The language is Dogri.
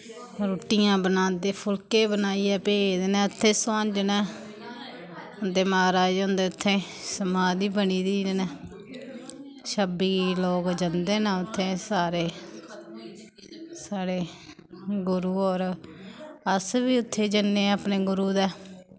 रुट्टियां बनांदे फुलके बनाइयै भेजदे न उत्थै सोआंजने उं'दे म्हाराज हुंदे उत्थै समाधी बनी दी कन्नै छब्बी गी लोक जन्दे न उत्थै सारे साढ़े गुरु होर अस बी उत्थै जन्ने अपने गुरु दे